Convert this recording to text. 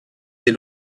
des